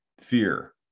fear